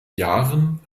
jahren